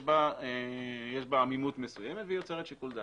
בה עמימות מסוימת והיא יוצרת שיקול דעת.